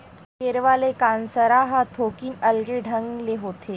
गेरवा ले कांसरा ह थोकिन अलगे ढंग ले होथे